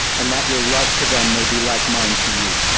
and that your love to them may be like mine to you.